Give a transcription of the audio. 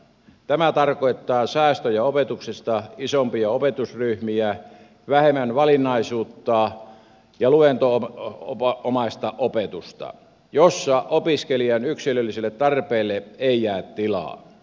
tämä tarkoittaa säästöjä opetuksesta isompia opetusryhmiä vähemmän valinnaisuutta ja luentomaista opetusta jossa opiskelijan yksilöllisille tarpeille ei jää tilaa